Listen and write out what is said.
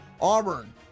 auburn